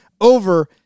over